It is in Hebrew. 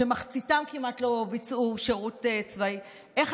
שמחציתם כמעט לא ביצעו שירות צבאי: איך